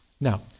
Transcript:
Now